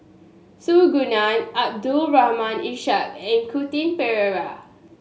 Su Guaning Abdul Rahim Ishak and Quentin Pereira